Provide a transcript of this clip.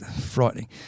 frightening